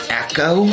echo